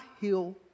heal